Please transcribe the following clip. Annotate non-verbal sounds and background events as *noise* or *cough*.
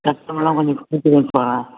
கஸ்டமர்லாம் கொஞ்ச பிடிச்சுத் *unintelligible*